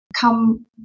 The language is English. come